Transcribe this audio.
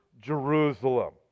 Jerusalem